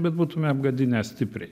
bet būtume apgadinę stipriai